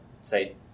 say